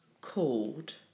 called